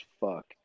fuck